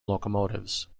locomotives